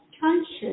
conscious